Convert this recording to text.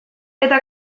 eta